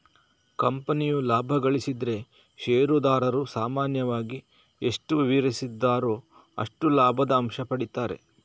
ಕಂಪನಿಯು ಲಾಭ ಗಳಿಸಿದ್ರೆ ಷೇರುದಾರರು ಸಾಮಾನ್ಯವಾಗಿ ಎಷ್ಟು ವಿವರಿಸಿದ್ದಾರೋ ಅಷ್ಟು ಲಾಭದ ಅಂಶ ಪಡೀತಾರೆ